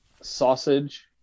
sausage